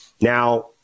Now